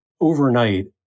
overnight